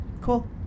cool